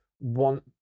want